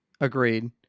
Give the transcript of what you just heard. Agreed